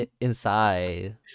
inside